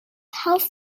health